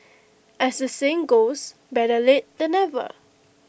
as the saying goes better late than never